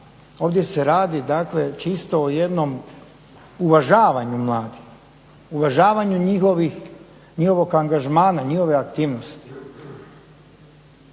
Ovdje se radi, dakle čisto o jednom uvažavanju mladih, uvažavanju njihovog angažmana, njihove aktivnosti.